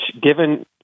given